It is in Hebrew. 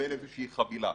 מקבל איזושהי חבילה.